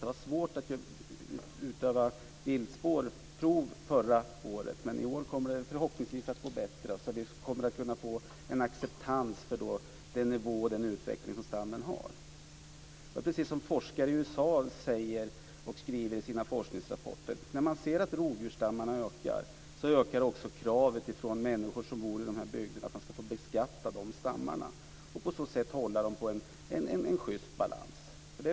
Det var svårt att utföra viltspårsprov förra året, men i år kommer det förhoppningsvis att gå bättre så att vi kan få en acceptans för den nivå och den utveckling som stammen har. Det är precis så som forskare i USA skriver i sina forskningsrapporter. När man ser att rovdjursstammarna ökar så ökar också kravet från människor som bor i de bygderna att få beskatta stammarna och på så sätt hålla dem i en schyst balans.